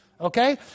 Okay